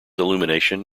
illumination